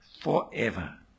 forever